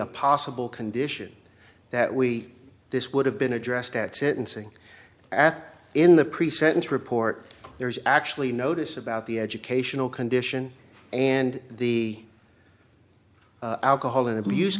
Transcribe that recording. a possible condition that we this would have been addressed at sentencing act in the pre sentence report there's actually notice about the educational condition and the alcohol and abuse